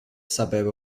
suburb